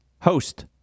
Host